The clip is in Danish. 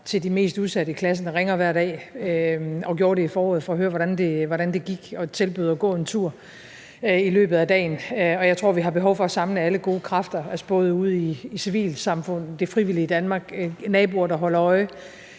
til de mest udsatte i klassen ringer hver dag og gjorde det i foråret for at høre, hvordan det gik, og tilbød at gå en tur i løbet af dagen. Og jeg tror, at vi har behov for at samle alle gode kræfter, altså både ude i civilsamfundet, det frivillige Danmark, naboer, der holder øje,